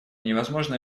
невозможно